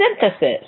Synthesis